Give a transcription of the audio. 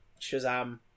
Shazam